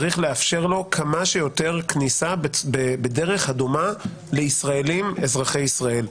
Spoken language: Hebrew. צריך לאפשר לו כמה שיותר כניסה בדרך הדומה לישראלים אזרחי ישראל.